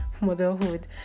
motherhood